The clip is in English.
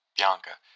Bianca